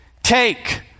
Take